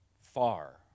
far